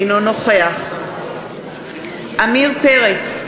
אינו נוכח עמיר פרץ,